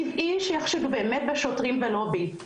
טבעי שיחשדו באמת בשוטרים, ולא בי.